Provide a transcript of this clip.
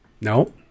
No